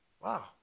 Wow